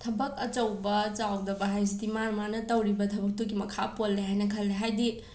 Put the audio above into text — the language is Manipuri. ꯊꯕꯛ ꯑꯆꯧꯕ ꯆꯥꯎꯗꯕ ꯍꯥꯏꯁꯤꯗꯤ ꯃꯥꯅ ꯃꯥꯅ ꯇꯧꯔꯤꯕ ꯊꯕꯛ ꯇꯨꯒꯤ ꯃꯈꯥ ꯄꯣꯜꯂꯦ ꯍꯥꯏꯅ ꯈꯜꯂꯦ ꯍꯥꯏꯗꯤ